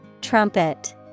Trumpet